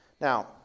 Now